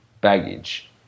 baggage